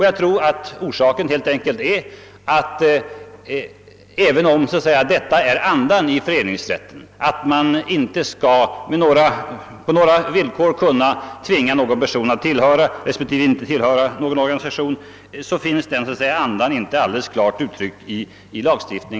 Jag tror att orsaken härtill är att denna anda — att man inte skall kunna tvinga någon att tillhöra respektive inte tillhöra en viss organisation — inte alldeles klart har ut tryckts i lagtexten.